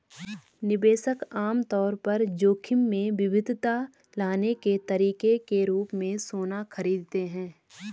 निवेशक आम तौर पर जोखिम में विविधता लाने के तरीके के रूप में सोना खरीदते हैं